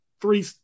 three